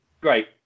great